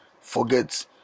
forget